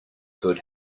good